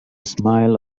smile